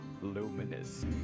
Luminous